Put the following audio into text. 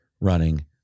running